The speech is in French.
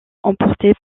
emportés